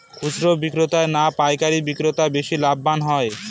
খুচরো বিক্রেতা না পাইকারী বিক্রেতারা বেশি লাভবান হয়?